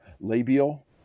labial